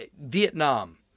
Vietnam